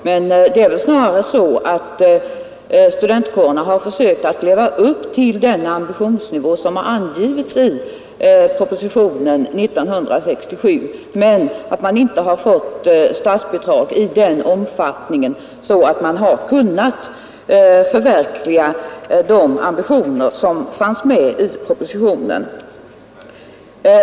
Det är väl emellertid snarare så att studentkårerna har försökt att leva upp till den ambitionsnivå som angavs i propositionen år 1967 men att man inte har fått statsbidrag i sådan omfattning att man kunnat förverkliga dessa ambitioner.